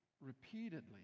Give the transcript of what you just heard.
repeatedly